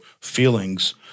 feelings